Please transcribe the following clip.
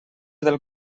del